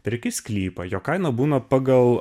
perki sklypą jo kaina būna pagal